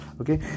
okay